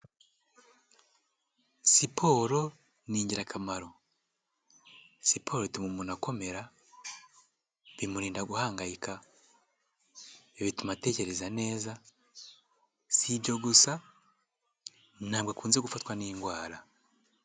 Siporo ni ingirakamaro siporo ituma umuntu akomera bimurinda guhangayika, bituma atekereza neza, si ibyo gusa ntabwo akunze gufatwa n'indwara.